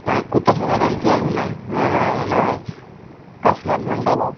हा कुतः वदन्ति अधुना नाम कस्मात् मण्डलात्